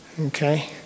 Okay